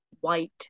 white